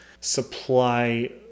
supply